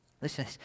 Listen